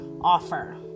offer